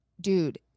Dude